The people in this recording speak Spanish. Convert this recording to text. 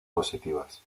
positivas